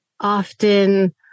often